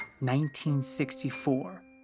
1964